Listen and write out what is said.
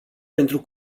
pentru